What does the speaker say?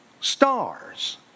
stars